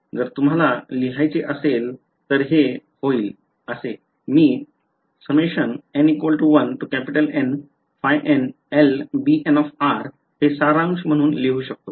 जर तुम्हाला लिहायचे असेल तर हे होईल मी हे सारांश म्हणून लिहू शकतो